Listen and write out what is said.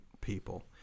people